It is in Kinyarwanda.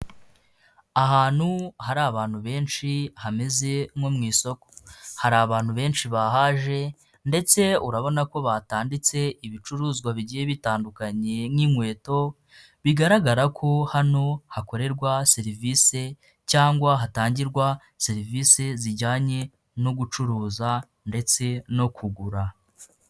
Ahantu hari abantu benshi, hameze nko mu isoko, hari abantu benshi bahaje ndetse urabona ko batanditse ibicuruzwa bigiye bitandukanye nk'inkweto, bigaragara ko hano hakorerwa serivisi cyangwa hatangirwa serivisi zijyanye no gucuruza ndetse no kugura.